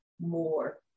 more